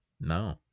no